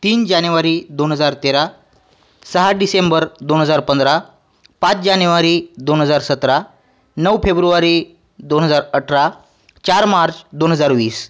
तीन जानेवारी दोन हजार तेरा सहा डिसेंबर दोन हजार पंधरा पाच जानेवारी दोन हजार सतरा नऊ फेब्रुवारी दोन हजार अठरा चार मार्च दोन हजार वीस